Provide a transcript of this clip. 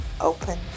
open